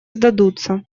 сдадутся